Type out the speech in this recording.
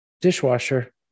dishwasher